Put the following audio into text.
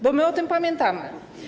Bo my o tym pamiętamy.